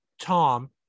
Tom